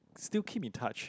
still keep in touch